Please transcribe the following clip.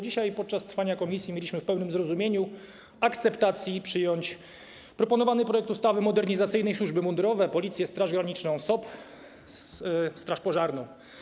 Dzisiaj podczas trwania posiedzenia komisji mieliśmy w pełnym zrozumieniu, akceptacji przyjąć proponowany projekt ustawy modernizacyjnej, chodzi o służby mundurowe, Policję, Straż Graniczną, SOP, straż pożarną.